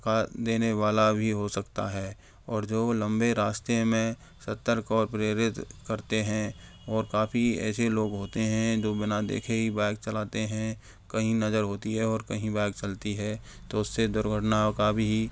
थका देने वाला भी हो सकता है और जो लंबे रास्ते में सतर्क और प्रेरित करते हैं और काफ़ी ऐसे लोग होते हैं जो बिना देखे ही बाइक चलाते हैं कहीं नज़र होती है और कहीं बाइक चलती है तो उससे दुर्घटना का भी